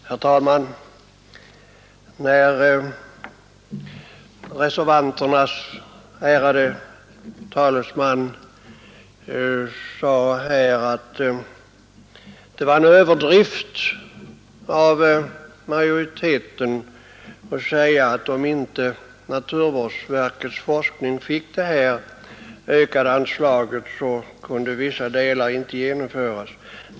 Herr talman! Reservanternas ärade talesman sade att det var en överdrift av utskottsmajoriteten att hävda att om inte naturvårdsverket fick detta ökade anslag för sin forskning, så kunde vissa delar av forskningen inte genomföras.